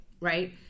right